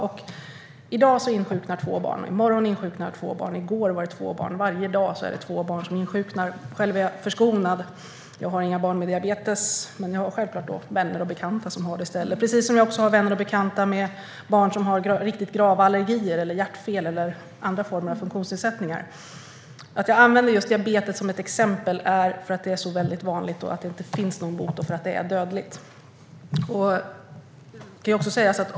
I dag insjuknar två barn. I morgon två till. I går var det också två. Varje dag insjuknar två barn. Själv är jag förskonad. Jag har inga barn med diabetes men självklart vänner och bekanta som har det, precis som jag också har vänner och bekanta med barn som har riktigt grava allergier, hjärtfel eller andra former av funktionsnedsättningar. Att jag använder just diabetes som exempel är för att det är så väldigt vanligt, att det inte finns någon bot och för att det är dödligt.